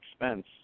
expense